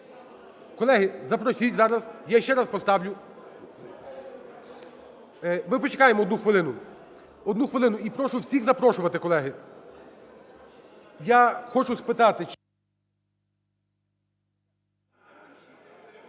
Колеги, запросіть зараз, я ще раз поставлю. Ми почекаємо одну хвилину, одну хвилину. І прошу всіх запрошувати, колеги. Я хочу спитати чи...